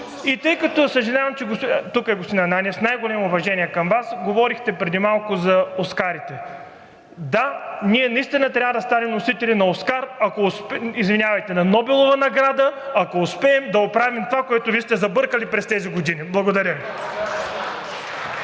от тази ситуация. Господин Ананиев, с най-голямо уважение към Вас, говорихте преди малко за оскарите. Да, ние наистина трябва да станем носители на „Оскар“, извинявайте, на Нобелова награда, ако успеем да оправим това, което Вие сте забъркали през тези години. (Шум